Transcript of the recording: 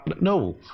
No